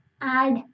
add